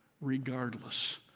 regardless